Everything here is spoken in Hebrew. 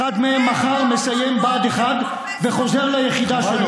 אחד מהם מסיים מחר בה"ד 1 וחוזר ליחידה שלו.